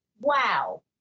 Wow